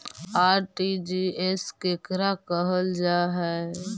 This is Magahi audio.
आर.टी.जी.एस केकरा कहल जा है?